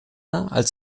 als